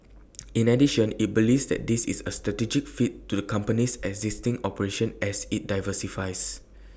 in addition IT believes that this is A strategic fit to the company's existing operation as IT diversifies